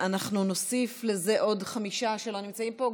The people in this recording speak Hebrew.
אנחנו נוסיף לזה עוד חמישה שלא נמצאים פה.